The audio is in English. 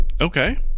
Okay